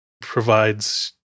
provides